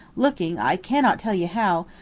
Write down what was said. looking i cannot tell you how,